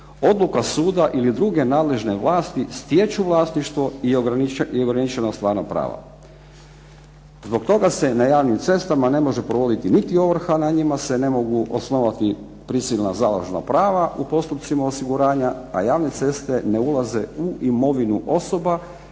odluka suda ili druge nadležne vlasti stječu vlasništvo i ograničeno stvarno pravo. Zbog toga se na javnim cestama ne može provoditi niti ovrha, na njima se ne mogu osnovati prisilna …/Govornik se ne razumije./… prava u postupcima osiguranja, a javne ceste ne ulaze u imovinu osoba